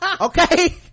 okay